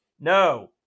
No